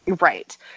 Right